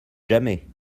jamais